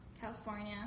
California